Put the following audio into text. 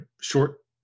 short